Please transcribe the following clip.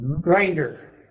grinder